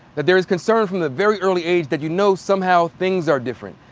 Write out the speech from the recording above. that there is concern from a very early age that you know somehow things are different.